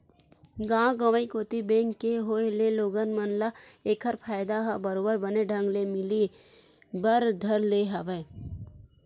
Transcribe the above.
गाँव गंवई कोती बेंक के होय ले लोगन मन ल ऐखर फायदा ह बरोबर बने ढंग ले मिले बर धर ले हवय